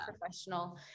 professional